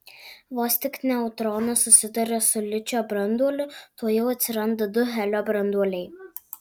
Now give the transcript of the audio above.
vos tik neutronas susiduria su ličio branduoliu tuojau atsiranda du helio branduoliai